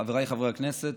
חבריי חברי הכנסת,